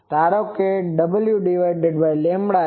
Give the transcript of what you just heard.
ધારો કે w એ 0